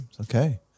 Okay